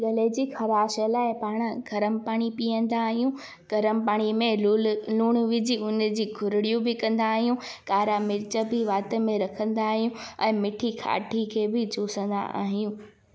गले जी ख़राश लाइ पाणी गरमु पाणी पीअंदा आहियूं गरमु पाणीअ में लुल लूणु विझी उन जी गुरिड़ियूं बि कंदा आहियूं कारा मिर्च बि वात में रखंदा आहियूं ऐं मिठी काठीअ खे बि चूसींदा आहियूं